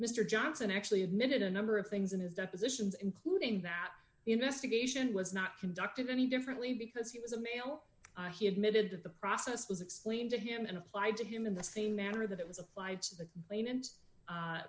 mr johnson actually admitted a number of things in his depositions including that the investigation was not conducted any differently because he was a male he admitted that the process was explained to him and applied to him in the same manner that it was applied to the plain